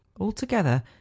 Altogether